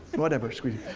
whatever, squeezy.